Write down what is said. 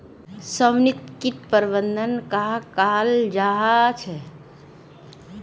समन्वित किट प्रबंधन कहाक कहाल जाहा झे?